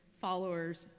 followers